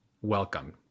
welcome